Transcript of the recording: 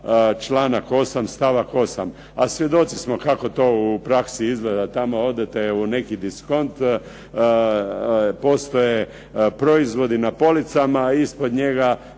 članak 8. stavak 8. a svjedoci smo kako to u praksi izgleda, tamo odete u neki diskont, postoje proizvodi na policama, ispod njega